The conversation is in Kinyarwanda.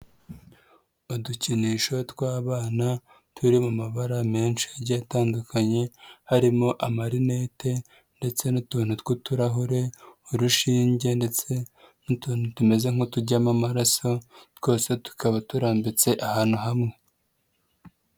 Udukinisho tw'abana, turi mu mabara menshi agiye atandukanye, harimo amarinete ndetse n'utuntu tw'uturahure, urushinge ndetse n'utuntu tumeze nk'utujyamo amaraso, twose tukaba turambitse ahantu hamwe.